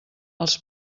els